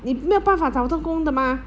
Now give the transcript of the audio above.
你没有办法找不到工的 mah